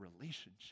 relationship